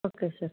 okay sir